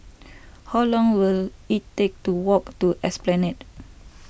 how long will it take to walk to Esplanade